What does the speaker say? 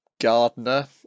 gardener